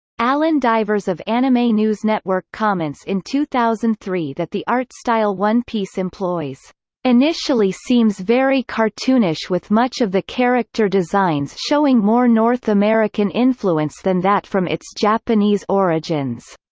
allen divers of anime news network comments in two thousand and three that the art style one piece employs initially seems very cartoonish with much of the character designs showing more north american influence than that from its japanese origins.